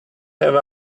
have